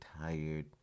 tired